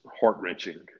heart-wrenching